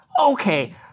Okay